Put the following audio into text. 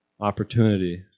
Opportunity